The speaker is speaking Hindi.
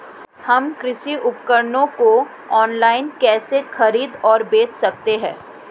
हम कृषि उपकरणों को ऑनलाइन कैसे खरीद और बेच सकते हैं?